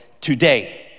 today